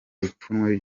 ipfunwe